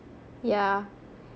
yeah